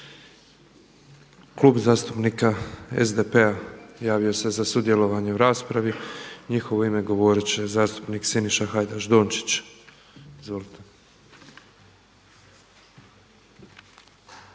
Klub zastupnika SDP-a javio se za sudjelovanje u raspravi. U njihovo ime govorit će zastupnik Siniša Hajdaš Dončić. **Hajdaš